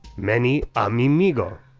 many amimigo.